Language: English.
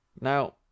Now